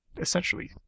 essentially